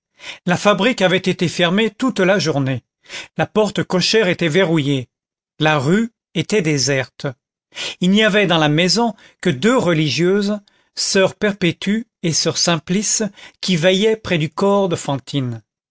la fabrique avait été fermée toute la journée la porte cochère était verrouillée la rue était déserte il n'y avait dans la maison que deux religieuses soeur perpétue et soeur simplice qui veillaient près du corps de fantine